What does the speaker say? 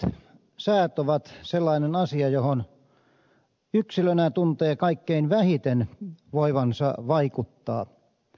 ilmat säät ovat sellainen asia johon yksilönä tuntee kaikkein vähiten voivansa vaikuttaa